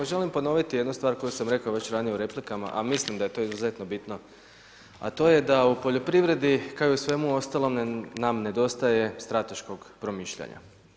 Želim ponoviti jednu stvar koju sam rekao već ranije u replikama, a mislim da je to izuzetno bitno a to je da u poljoprivredi, kao i u svemu ostalome, nam nedostaje strateškog promišljanja.